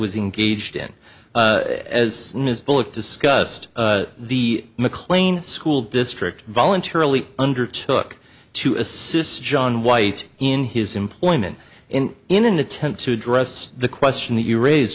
was engaged in as soon as bullock discussed the mclean school district voluntarily undertook to assist john white in his employment in in an attempt to address the question that you raise